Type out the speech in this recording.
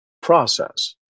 process